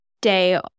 day